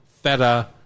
Feta